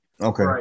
Okay